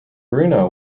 bruno